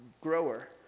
grower